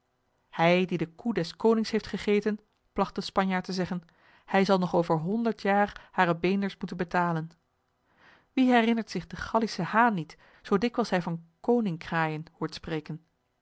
hij die de koe des konings heeft gegeten plagt de spanjaard te zeggen hij zal nog over honderd jaar hare beenders moeten betalen wie herinnert zich den gallischen haan niet zoo dikwijls hij van koning kraaijen hoort spreken